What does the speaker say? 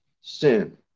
sin